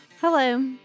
Hello